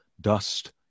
dust